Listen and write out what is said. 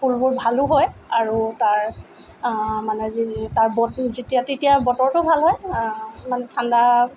ফুলবোৰ ভালো হয় আৰু তাৰ মানে যি যি তাৰ যেতিয়া তেতিয়া বতৰতো ভাল হয় ইমান ঠাণ্ডা